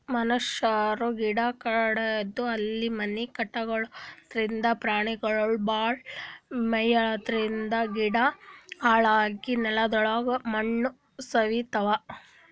ಮನಶ್ಯಾರ್ ಗಿಡ ಕಡದು ಅಲ್ಲಿ ಮನಿ ಕಟಗೊಳದ್ರಿಂದ, ಪ್ರಾಣಿಗೊಳಿಗ್ ಭಾಳ್ ಮೆಯ್ಸಾದ್ರಿನ್ದ ಗಿಡ ಹಾಳಾಗಿ ನೆಲದಮ್ಯಾಲ್ ಮಣ್ಣ್ ಸವಿತದ್